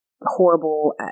Horrible